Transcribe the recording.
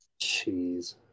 Jeez